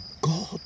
God